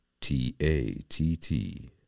t-a-t-t